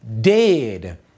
dead